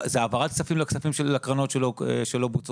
זה העברת כספים לקרנות שלא בוצעו.